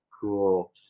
cool